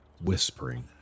whispering